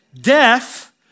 Death